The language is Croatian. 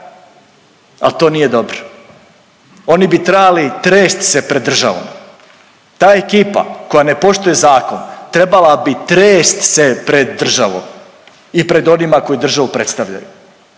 Al to nije dobro. Oni bi trebali trest se pred državom, ta ekipa koja ne poštuje zakon trebala bi trest se pred državom i pred onima koji državu predstavljaju.